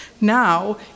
Now